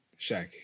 Shaq